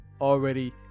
already